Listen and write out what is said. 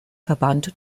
verband